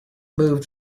moved